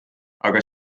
aga